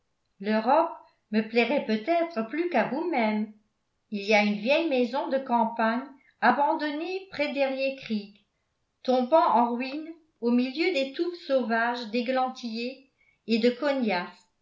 l'europe me plairait peut-être plus qu'à vous-même il y a une vieille maison de campagne abandonnée près d'eriécreek tombant en ruine au milieu des touffes sauvages d'églantiers et de